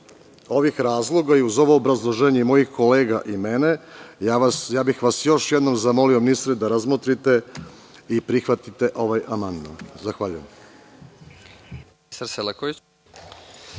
ovih razloga i uz ovo obrazloženje i mojih kolega i mene, još jednom bih vas zamolio, ministre, da razmotrite i prihvatite ovaj amandman. Zahvaljujem.